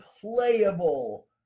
playable